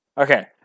Okay